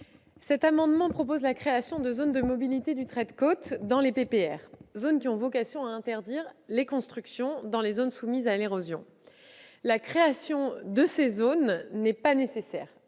ces amendements proposent la création de zones de mobilité du trait de côte dans les PPR afin d'interdire les constructions dans les zones soumises à l'érosion. La création de ces zones n'est pas nécessaire.